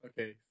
Okay